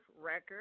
record